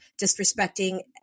disrespecting